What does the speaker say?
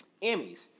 Emmys